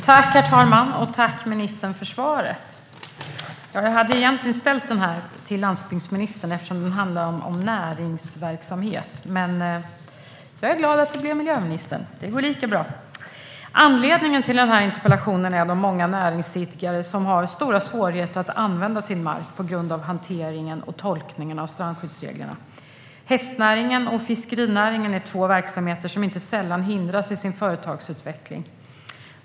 Herr talman! Tack, ministern, för svaret! Jag hade egentligen ställt interpellationen till landsbygdsministern eftersom den handlar om näringsverksamhet. Men det går lika bra med miljöministern. Anledningen till interpellationen är de många näringsidkare som har stora svårigheter att använda sin mark på grund av hanteringen och tolkningen av strandskyddsreglerna. Hästnäringen och fiskerinäringen är två verksamheter som inte sällan hindras i sin företagsutveckling.